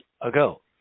ago